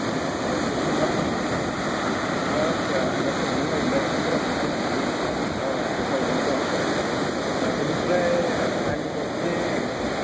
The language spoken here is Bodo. आस्सा दे दे थाब आस्सा आङो सोंनो नागिरनाया ना गोरान गोथां मैगं बिनिफ्राय आङो मोनसे